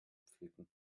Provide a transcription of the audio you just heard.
pflücken